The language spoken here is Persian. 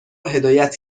هدایت